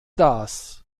das